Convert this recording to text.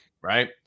Right